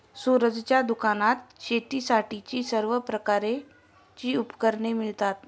सूरजच्या दुकानात शेतीसाठीची सर्व प्रकारची उपकरणे मिळतात